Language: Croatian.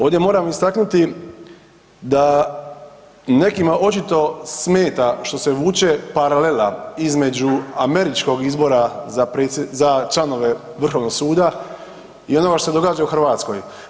Ovdje moram istaknuti da nekima očito smeta što se vuče paralela između američkog izbora za članove vrhovnog suda i onoga što se događa u Hrvatskoj.